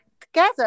together